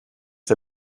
der